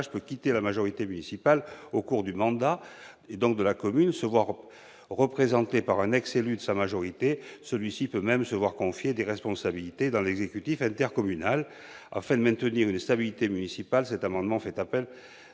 peut quitter la majorité municipale en cours du mandat. La commune peut alors être représentée par un ex-élu de sa majorité, celui-ci se pouvant même se voir confier des responsabilités dans l'exécutif intercommunal. Afin de maintenir une stabilité municipale, cet amendement d'appel